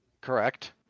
Correct